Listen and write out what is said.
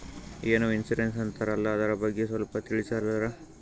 ಏನೋ ಇನ್ಸೂರೆನ್ಸ್ ಅಂತಾರಲ್ಲ, ಅದರ ಬಗ್ಗೆ ಸ್ವಲ್ಪ ತಿಳಿಸರಲಾ?